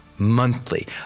Monthly